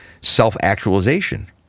self-actualization